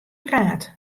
praat